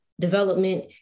development